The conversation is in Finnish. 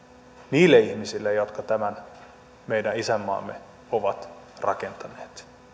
niille ihmisille jotka tämän meidän isänmaamme ovat rakentaneet